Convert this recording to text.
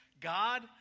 God